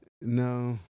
No